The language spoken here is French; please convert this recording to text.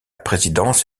présidence